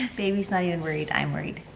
baby's not even worried. i'm worried.